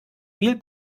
viel